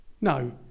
No